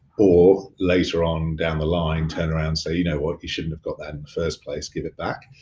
or later on down the line turn around and say, you know what, you shouldn't have got that in the first place. give it back.